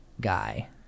guy